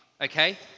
okay